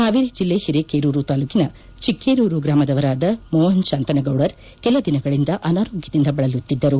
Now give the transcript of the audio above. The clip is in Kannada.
ಹಾವೇರಿ ಜಿಲ್ಲೆ ಹಿರೆಕೇರೂರು ತಾಲೂಕಿನ ಚಿಕ್ಕೇರೂರು ಗ್ರಾಮದವರಾದ ಮೋಹನ್ ಶಾಂತನಗೌಡರ್ ಕೆಲ ದಿನಗಳಿಂದ ಅನಾರೋಗ್ನದಿಂದ ಬಳಲುತ್ತಿದ್ದರು